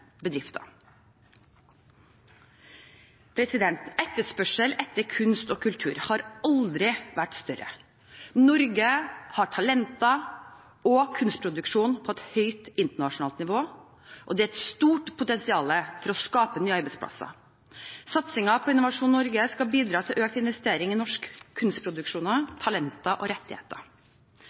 bedrifter. Etterspørselen etter kunst og kultur har aldri vært større. Norge har talenter og kunstproduksjon på et høyt internasjonalt nivå, og det er et stort potensial for å skape nye arbeidsplasser. Satsingen på Innovasjon Norge skal bidra til økt investering i norske kunstproduksjoner, talenter og rettigheter.